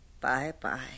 Bye-bye